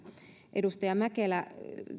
edustaja mäkelä